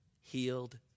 healed